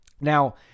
now